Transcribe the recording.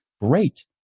Great